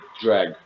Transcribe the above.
drag